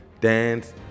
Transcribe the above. dance